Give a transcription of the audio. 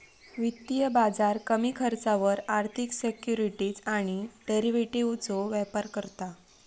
वित्तीय बाजार कमी खर्चावर आर्थिक सिक्युरिटीज आणि डेरिव्हेटिवजचो व्यापार करता